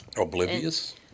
Oblivious